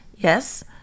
Yes